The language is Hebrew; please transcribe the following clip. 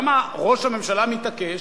למה ראש הממשלה מתעקש,